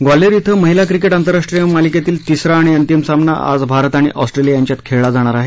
ग्वाल्हेर इथे महिला क्रिकेट आंतरराष्ट्रीय मालिकेतील तिसरा आणि अंतिम सामना आज भारत आणि ऑस्ट्रेलिया यांच्यात खेळला जाणार आहे